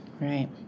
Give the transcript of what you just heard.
Right